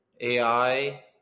AI